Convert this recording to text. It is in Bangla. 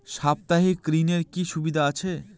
সাপ্তাহিক ঋণের কি সুবিধা আছে?